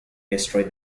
destroy